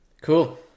Cool